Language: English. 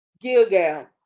Gilgal